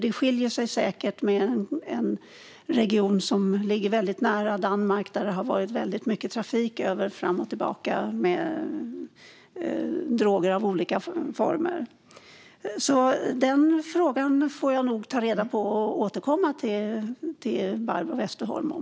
Det skiljer sig säkert mellan en region som Skåne, som ligger väldigt nära Danmark och där det har varit väldigt mycket trafik fram och tillbaka med droger av olika former, och andra regioner. Den frågan får jag nog ta med mig och återkomma till Barbro Westerholm om.